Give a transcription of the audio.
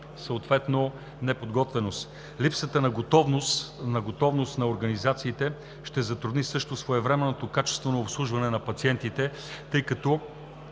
съответно неподготвеност. Липсата на готовност на организациите също ще затрудни своевременното и качествено обслужване на пациентите. Според